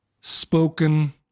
spoken